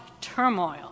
turmoil